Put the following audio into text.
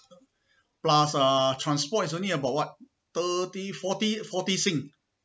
plus uh transport is only about what thirty forty forty sing